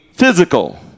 physical